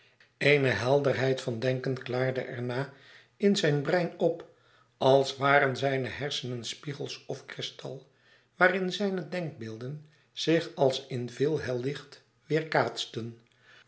eene helderheid van denken klaarde er na in zijn brein op als waren zijne hersenen spiegels of kristal waarin zijne denkbeelden zich als in veel hel licht weerkaatsten